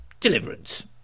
Deliverance